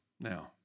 Now